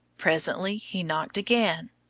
presently he knocked again.